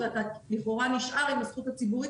אני רוצה שההוראה הזאת תחול